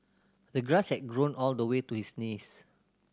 the grass had grown all the way to his knees